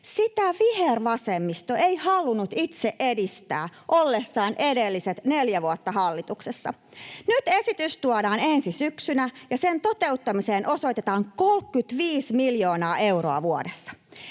Sitä vihervasemmisto ei halunnut itse edistää ollessaan edelliset neljä vuotta hallituksessa. Nyt esitys tuodaan ensi syksynä ja sen toteuttamiseen osoitetaan 35 miljoonaa euroa vuodessa.